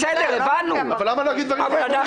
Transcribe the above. בסדר, הבנו, אנחנו